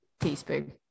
teaspoon